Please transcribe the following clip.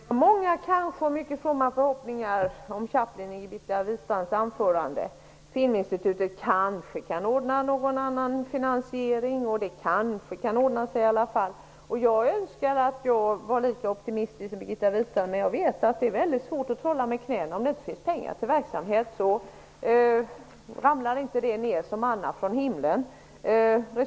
Herr talman! Det var många ''kanske'' och mycket fromma förhoppningar om tidningen Chaplin i Birgitta Wistrands anförande. Filminstitutet kan kanske ordna någon annan finansiering. Det kan kanske ordna sig i alla fall. Jag önskar att jag kunde vara lika optimistisk som Birgitta Wistrand. Men det är väldigt svårt att trolla med knäna om det inte finns några pengar till verksamhet. Resurserna ramlar inte ner som manna från himlen.